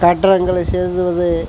கட்டணங்களை செலுத்துவது